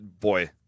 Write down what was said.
Boy